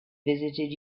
visited